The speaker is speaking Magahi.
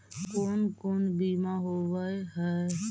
कोन कोन बिमा होवय है?